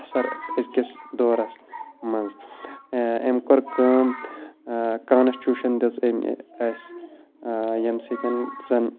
اَثر أزکِس دورَس منٛز أمۍ کوٚر کٲم کانسچوٗشَن دِژ أمہِ اَسہِ ییٚمہِ سۭتۍ زَن